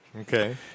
Okay